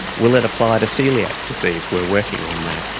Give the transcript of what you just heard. will it apply to coeliac disease? we are working on that.